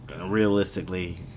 realistically